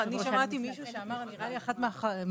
שמעתי מישהו שאמר, נראה לי אחת מהח"כיות,